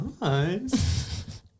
Nice